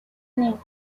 name